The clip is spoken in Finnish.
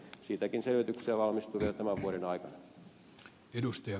siitäkin selvityksiä valmistuu vielä tämän vuoden aikana